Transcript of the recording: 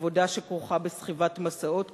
עבודה שכרוכה בסחיבת משאות כבדים,